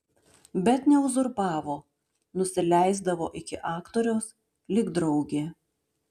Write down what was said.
bet neuzurpavo nusileisdavo iki aktoriaus lyg draugė